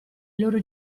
loro